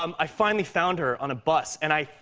um i finally found her on a bus, and i,